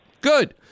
Good